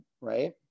Right